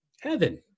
heaven